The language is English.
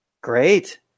Great